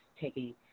taking